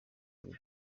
ibiri